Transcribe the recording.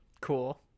Cool